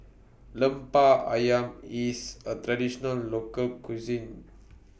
Lemper Ayam IS A Traditional Local Cuisine